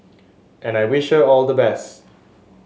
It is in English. and I wish her all the best